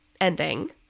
ending